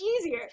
easier